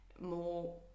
more